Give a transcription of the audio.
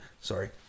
Sorry